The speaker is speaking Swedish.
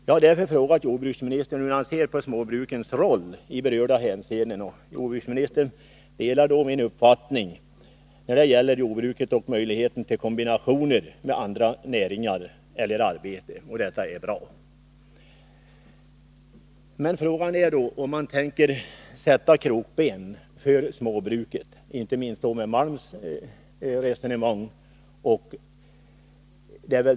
Jag har därför frågat jordbruksministern hur han ser på småbrukens roll i berörda hänseenden. Jordbruksministern delar min uppfattning när det gäller jordbruket och möjligheten till kombinationer med andra näringar eller arbeten, och detta är bra. Men frågan är om man tänker sätta krokben för småbruket — inte minst med tanke på Stig Malms resonemang.